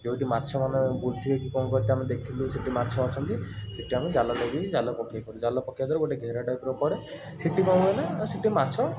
ଯେଉଁଠି ମାଛମାନେ ବୁଲୁଥିବେ କି କ'ଣ କରୁଥିବେ ଆମେ ଦେଖିଲୁ ସେଇଠି ମାଛ ଅଛନ୍ତି ସେଇଠି ଆମେ ଜାଲ ନେଇକି ଜାଲ ପକେଇଥାଉ ଜାଲ ପକେଇବା ଦ୍ୱାରା ଗୋଟେ ଘେର ଟାଇପର ପଡ଼େ ସେଇଠି କ'ଣ ହୁଏ ନା ସେଇଠି ମାଛ